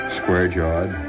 square-jawed